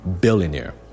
billionaire